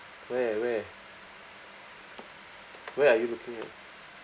where where where are you looking at